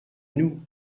nous